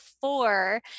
four